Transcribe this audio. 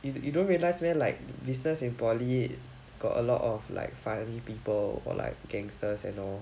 you you don't realize meh like business in poly got a lot of like funny people or like gangsters and all